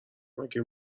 مگه